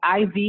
IV